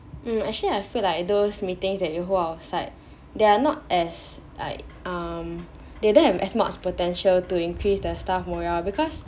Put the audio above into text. mm actually I feel like those meetings that you hold outside there are not as like um they don't have as much potential to increase their staff morale because